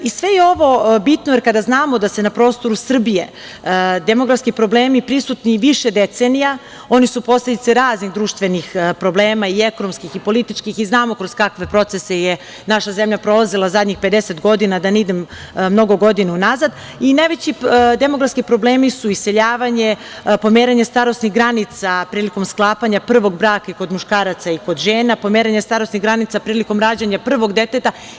Sve je ovo bitno, jer kada znamo da su na prostoru Srbije demografski problemi prisutni više decenija, oni su posledica raznih društvenih problema ekonomskih, političkih i znamo kroz kakve procese je naša zemlja prolazila zadnjih 50 godina, da ne idem mnogo godina unazad, i najveći demografski problemi su iseljavanje, pomeranje starosnih granica prilikom sklapanja prvog braka kod muškaraca i kod žena, pomeranje starosnih granica prilikom rađanja prvog deteta.